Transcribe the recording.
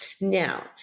Now